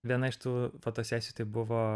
viena iš tų fotosesijų tai buvo